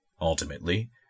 Ultimately